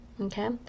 okay